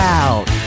out